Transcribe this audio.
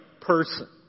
person